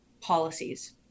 policies